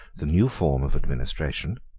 the new form of administration